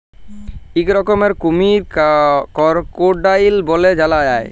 ইক রকমের কুমহির করকোডাইল ব্যলে জালা যায়